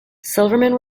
silverman